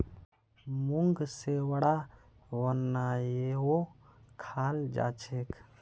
मूंग से वड़ा बनएयों खाल जाछेक